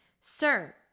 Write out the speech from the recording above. Sir